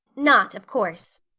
not, of course,